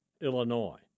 Illinois